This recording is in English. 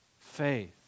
faith